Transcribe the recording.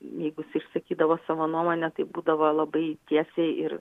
jeigu jis išsakydavo savo nuomonę tai būdavo labai tiesiai ir